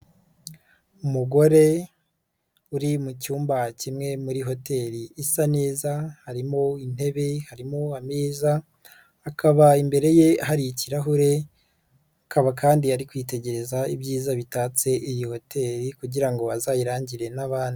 Umugore uri mu cyumba kimwe muri hoteri isa neza, harimo intebe, harimo ameza, hakaba imbere ye hari ikirahure, akaba kandi ari kwitegereza ibyiza bitatse iyi hoteri kugira ngo azayirangire n'abandi.